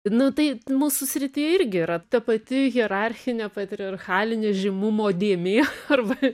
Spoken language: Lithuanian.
nu tai mūsų srityje irgi yra ta pati hierarchinė patriarchalinio žymumo dėmė arba